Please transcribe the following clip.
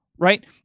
right